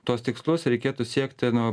tuos tikslus reikėtų siekti nu